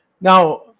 now